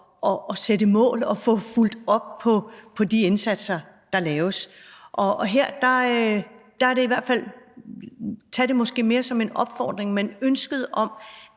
at sætte mål og få fulgt op på de indsatser, der laves. Her er det i hvert fald – tag det måske mere som en opfordring – ønsket,